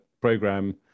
program